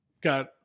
got